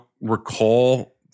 recall